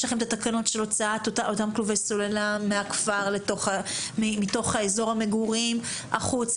יש לכם את התקנות של הוצאת אותם לולי סוללה מתוך אזור המגורים החוצה.